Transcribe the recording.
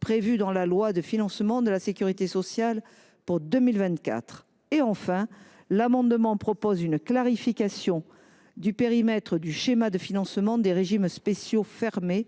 prévue dans la loi de financement de la sécurité sociale pour 2024. Quatrièmement, l’amendement vise à clarifier le périmètre du schéma de financement des régimes spéciaux fermés,